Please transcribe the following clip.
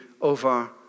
over